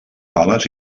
pales